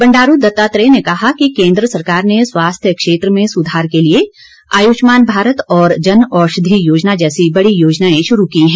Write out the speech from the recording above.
बंडारू दत्तात्रेय ने कहा कि केन्द्र सरकार ने स्वास्थ्य क्षेत्र में सुधार के लिए आयुष्मान भारत और जन औषधी योजना जैसी बड़ी योजनाएं शुरू की हैं